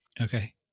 Okay